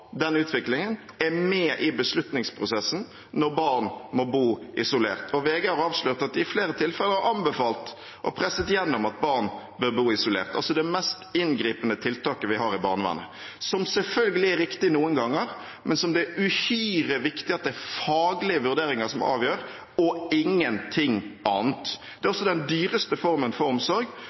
den utviklingen, er med i beslutningsprosessen når barn må bo isolert. VG har avslørt at det i flere tilfeller er anbefalt og presset igjennom at barn bør bo isolert – det mest inngripende tiltaket vi har i barnevernet, som selvfølgelig er riktig noen ganger, men som det er uhyre viktig at det er faglige vurderinger som avgjør, og ingenting annet. Det er også den dyreste formen for omsorg